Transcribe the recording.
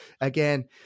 again